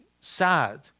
sad